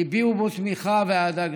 שהביעו בו תמיכה ואהדה גדולה.